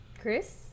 Chris